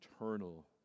eternal